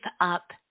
up